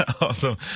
Awesome